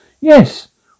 Yes